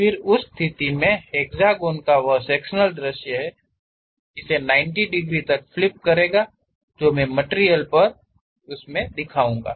फिर उस स्थिति में हेक्सागोन का वह सेक्शनल दृश्य है इसे 90 डिग्री तक फ्लिप करेगाजो मे मटिरियल पर मैं इसे दिखाऊंगा